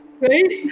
Right